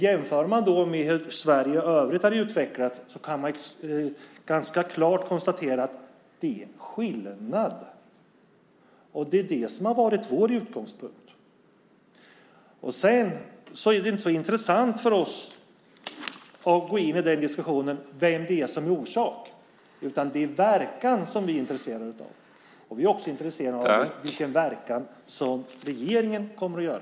Jämfört med hur Sverige i övrigt har utvecklats kan man ganska klart konstatera att det är skillnad. Det är det som har varit vår utgångspunkt. Det är inte så intressant för oss att gå in i en diskussion om vem det är som har orsakat detta, utan det är verkan som vi är intresserade av. Vi är också intresserade av vilken verkan som regeringspolitiken kommer att ge.